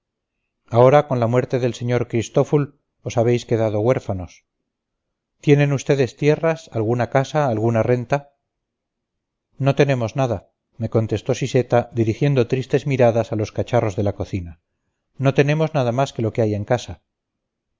ahora con la muerte del sr cristful os habéis quedado huérfanos tienen ustedes tierras alguna casa alguna renta no tenemos nada me contestó siseta dirigiendo tristes miradas a los cacharros de la cocina no tenemos nada más que lo que hay en casa